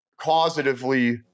causatively